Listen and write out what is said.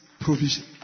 provision